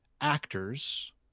actors